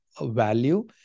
Value